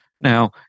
Now